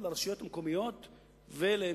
אדוני היושב-ראש,